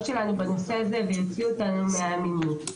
שלנו בנושא הזה ויוציא אותנו מהעמימות.